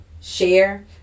share